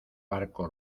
barco